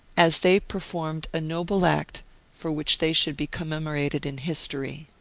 as they performed a noble act for which they should be commemorated in history.